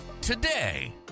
today